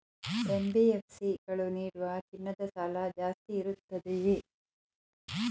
NBFC ಗಳು ನೀಡುವ ಚಿನ್ನದ ಸಾಲ ಜಾಸ್ತಿ ಇರುತ್ತದೆಯೇ?